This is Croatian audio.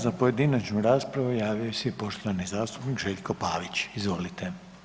Za pojedinačnu raspravu javio se i poštovani zastupnik Željko Pavić, izvolite.